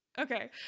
Okay